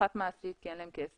האחת, מעשית, כי אין להם כסף